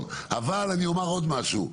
אבל אני אומר עוד משהו,